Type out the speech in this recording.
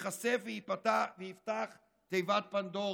ייחשף ויפתח תיבת פנדורה.